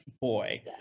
boy